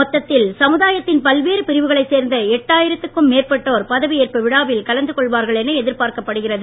மொத்தத்தில் சமுதாயத்தின் பல்வேறு பிரவுகளைச் சேர்ந்த எட்டாயிரத்துக்கும் மேற்பட்டோர் பதவியேற்பு விழாவில் கலந்து கொள்வார்கள் என எதிர்பார்க்கப்படுகிறது